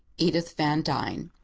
edith van dyne.